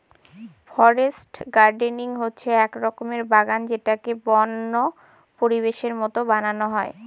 forest gardening হচ্ছে এক রকমের বাগান যেটাকে বন্য পরিবেশের মতো বানানো হয়